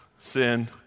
sin